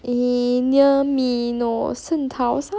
eh near me no 圣淘沙